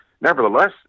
Nevertheless